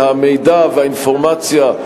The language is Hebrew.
אני חושב שיש פה מידה של הגזמה,